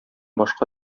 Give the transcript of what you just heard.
башка